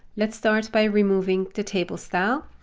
let's start by removing the table style.